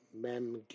Mem